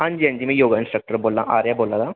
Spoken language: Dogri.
अंजी अंजी में योगा इंस्ट्रक्टर आर्या बोला ना